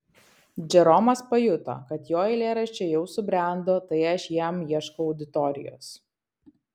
džeromas pajuto kad jo eilėraščiai jau subrendo tai aš jam ieškau auditorijos